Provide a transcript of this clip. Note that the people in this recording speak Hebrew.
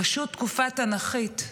פשוט תקופה תנ"כית.